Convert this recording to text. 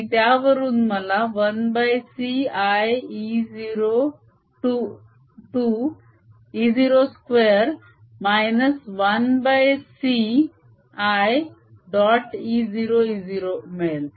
आणि त्यावरून मला 1c i E02 1ciडॉट E0E0 मिळेल